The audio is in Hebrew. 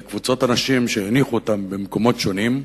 קבוצות אנשים שהניחו אותם במקומות שונים,